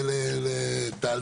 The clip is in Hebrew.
אתם,